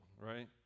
right